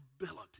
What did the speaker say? ability